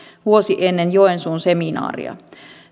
vuosi ennen joensuun seminaaria